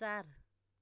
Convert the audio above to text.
चार